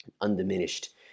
Undiminished